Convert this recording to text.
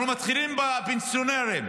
אנחנו מתחילים בפנסיונרים,